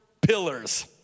pillars